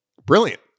brilliant